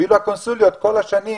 ואילו הקונסוליות כל השנים